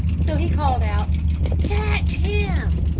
so he called out catch him!